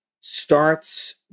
starts